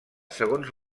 segons